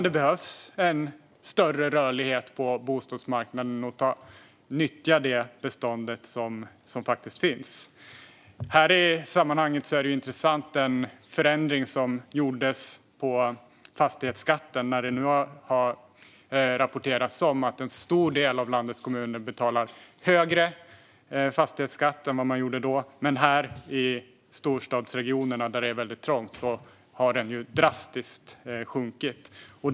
Det behövs en större rörlighet på bostadsmarknaden, och vi behöver nyttja hela det bestånd som faktiskt finns. I det sammanhanget är den förändring som gjordes av fastighetsskatten intressant. Det har ju rapporterats om att man i en stor del av landets kommuner nu betalar högre fastighetsskatt än vad man gjorde tidigare, medan den i storstadsregionerna där det är väldigt trångt har sjunkit drastiskt.